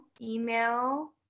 email